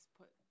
put